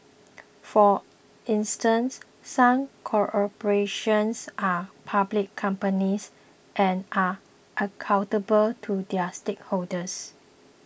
for instance some corporations are public companies and are accountable to their shareholders